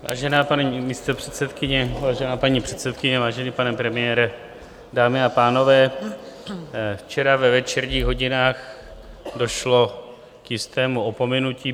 Vážená paní místopředsedkyně, vážená paní předsedkyně, vážený pane premiére, dámy a pánové, včera ve večerních hodinách došlo k jistému opomenutí.